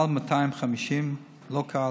מעל 250, לא קל.